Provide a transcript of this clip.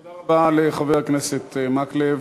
תודה רבה לחבר הכנסת מקלב.